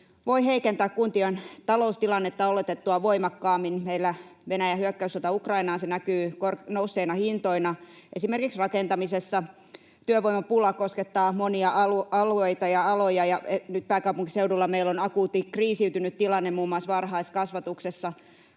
voivat heikentää kuntien taloustilannetta oletettua voimakkaammin. Meillä Venäjän hyökkäyssota Ukrainaan näkyy nousseina hintoina esimerkiksi rakentamisessa. Työvoimapula koskettaa monia alueita ja aloja, ja nyt pääkaupunkiseudulla meillä on akuutti kriisiytynyt tilanne muun muassa varhaiskasvatuksessa.